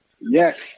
Yes